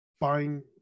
buying